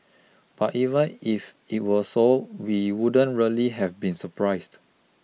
but even if it were so we wouldn't really have been surprised